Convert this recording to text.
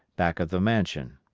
back of the mansion.